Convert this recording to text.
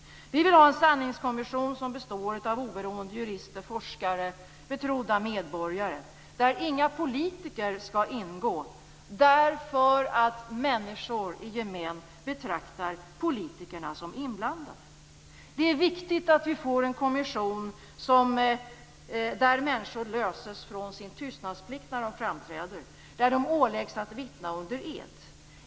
Vi vill ha en sanningskommission som består av oberoende jurister, forskare och betrodda medborgare. Inga politiker skall ingå eftersom människor i gemen betraktar politikerna som inblandade. Det är viktigt att vi får en kommission där människor löses från sin tystnadsplikt när de framträder och där de åläggs att vittna under ed.